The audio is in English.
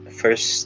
first